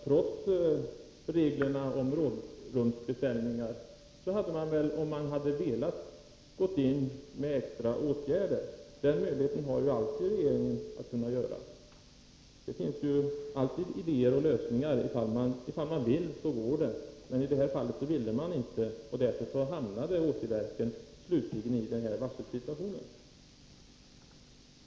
Trots reglerna om rådrumsbeställningar hade man — om man velat — kunnat gå in med extra åtgärder. Den möjligheten har regeringen alltid. Det finns alltid idéer och lösningar. Om man vill går det att lösa problem — men i detta fall ville man inte, och därför hamnade Åsiverken slutligen i den uppkomna situationen.